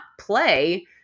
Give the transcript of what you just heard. play